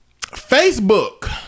Facebook